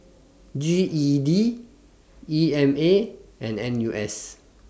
G E D E M A and N U S